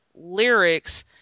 lyrics